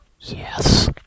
Yes